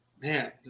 Man